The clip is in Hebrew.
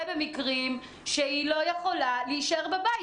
זה במקרים שהיא לא יכולה להישאר בבית.